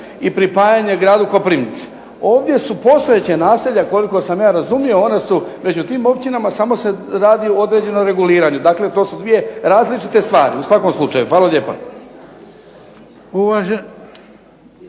i pripajanje gradu Koprivnici. Ovdje su postojeća naselja koliko sam ja razumio ona su među tim općinama, samo se radi o određenom reguliranju. Dakle to su dvije različite stvari u svakom slučaju. Hvala lijepa.